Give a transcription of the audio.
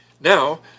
Now